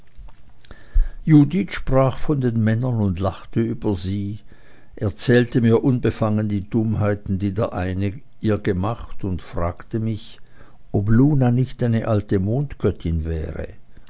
judith sprach von den männern und lachte über sie erzählte mir unbefangen die dummheiten die der eine ihr gemacht und fragte mich ob luna nicht eine alte mondgöttin wäre